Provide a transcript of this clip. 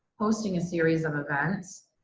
hosting a series of events,